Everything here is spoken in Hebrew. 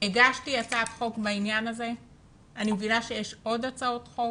הגשתי הצעת חוק בעניין הזה ואני מבינה שיש עוד הצעות חוק.